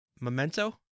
Memento